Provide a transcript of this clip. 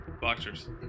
Boxers